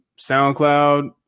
SoundCloud